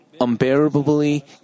unbearably